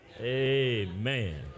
Amen